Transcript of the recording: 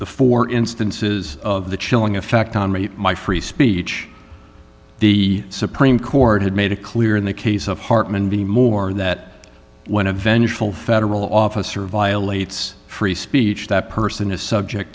the four instances of the chilling effect on my free speech the supreme court had made it clear in the case of hartmann be more that when a vengeful federal officer violates free speech that person is subject